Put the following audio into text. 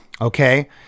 okay